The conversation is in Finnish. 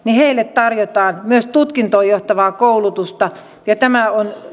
tarjotaan myös tutkintoon johtavaa koulutusta tämä on